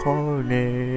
Corner